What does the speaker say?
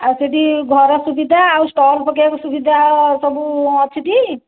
ଆଉ ସେଠି ଘର ସୁବିଧା ଆଉ ଷ୍ଟଲ ପକେଇବାକୁ ସୁବିଧା ସବୁ ଅଛି ଟି